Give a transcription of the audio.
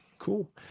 cool